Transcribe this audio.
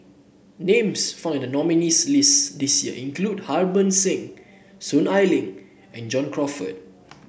names found in the nominees' list this year include Harbans Singh Soon Ai Ling and John Crawfurd